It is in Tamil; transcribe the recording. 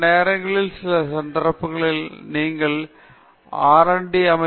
சில நேரங்களில் சில சந்தர்ப்பங்களில் நீங்கள் சில ஆர் அண்ட் டி